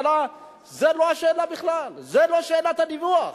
זה לא השאלה בכלל, זה לא שאלת הדיווח.